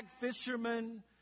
fishermen